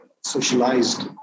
Socialized